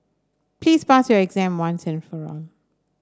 please pass your exam once and for all